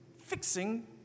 fixing